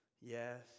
Yes